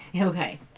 okay